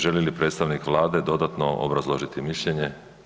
Želi li predstavnik Vlade dodatno obrazložiti mišljenje?